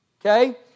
Okay